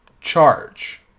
charge